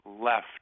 left